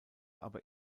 aber